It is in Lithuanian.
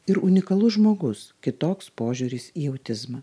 ir unikalus žmogus kitoks požiūris į autizmą